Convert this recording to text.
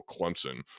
clemson